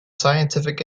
scientific